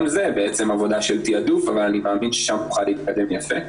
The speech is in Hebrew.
גם זה בעצם עבודה של תיעדוף אבל אני מאמין ששם נוכל להתקדם יפה.